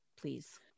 please